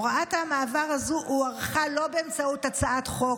הוראת המעבר הזו הוארכה לא באמצעות הצעת חוק,